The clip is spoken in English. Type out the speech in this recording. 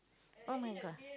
!oh-my-God!